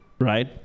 right